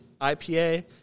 IPA